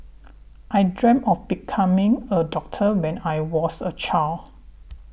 I dreamt of becoming a doctor when I was a child